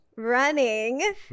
running